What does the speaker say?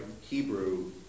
Hebrew